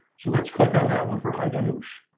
so let's click on that one for high gun.